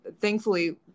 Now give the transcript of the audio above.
thankfully